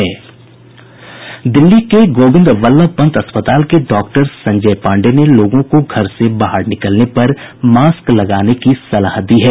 दिल्ली के गोविंद बल्लभ पंत अस्पताल के डॉक्टर संजय पांडेय ने लोगों को घर से बाहर निकलने पर मास्क लगाने की सलाह दी है